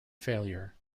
failure